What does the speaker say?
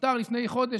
שנפטר לפני חודש,